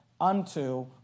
unto